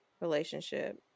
relationship